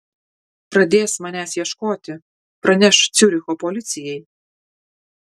pradės manęs ieškoti praneš ciuricho policijai